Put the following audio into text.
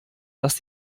dass